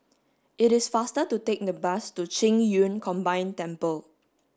it is faster to take the bus to Qing Yun Combined Temple